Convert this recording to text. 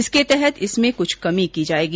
इसके तहत इसमें कुछ कमी की जायेगी